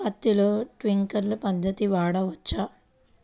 పత్తిలో ట్వింక్లర్ పద్ధతి వాడవచ్చా?